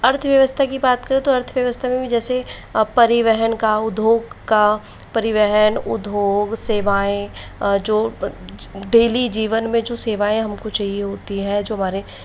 अर्थव्यवस्था की बात करें तो अर्थव्यवस्था में भी जैसे परिवहन का उद्योग का परिवहन उद्योग सेवाऐं जो डेली जीवन में जो सेवाऐं हमको चाहिए होती है जो हमारे